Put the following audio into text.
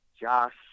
Josh